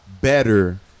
better